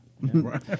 Right